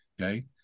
okay